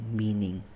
meaning